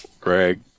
Greg